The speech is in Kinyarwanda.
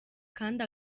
kandi